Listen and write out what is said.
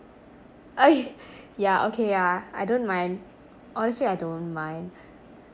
yeah okay yeah I don't mind honestly I don't mind